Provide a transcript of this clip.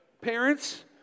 Parents